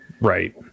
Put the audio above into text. right